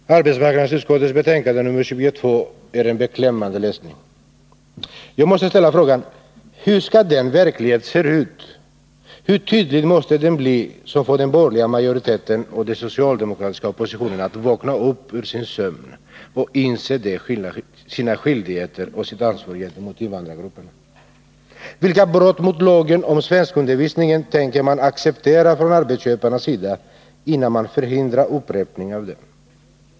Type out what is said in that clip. Herr talman! Arbetsmarknadsutskottets betänkande 22 är en beklämmande läsning. Jag måste fråga: Hur skall den verklighet se ut, hur tydlig måste den bli, som får den borgerliga majoriteten och den socialdemokratiska oppositionen att vakna upp ur sin sömn och inse sina skyldigheter och sitt ansvar gentemot invandrargrupperna? Vilka brott mot lagen om svenskundervisning tänker man acceptera från arbetsköparnas sida innan man förhindrar upprepning av dem?